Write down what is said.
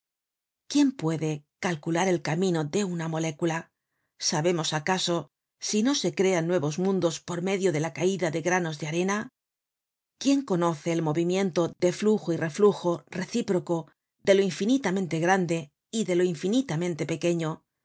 quién puede calcular el camino de una molécula sabemos acaso si no se crean nuevos mundos por medio de la eaida de granos de arena quién conoce el movimiento de flujo y reflujo recíproco de lo infinitamente grande y de lo infinitamente pequeño